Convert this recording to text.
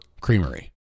creamery